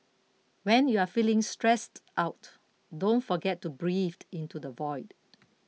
when you are feeling stressed out don't forget to breathed into the void